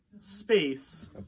space